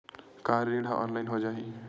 का ऋण ह ऑनलाइन हो जाही?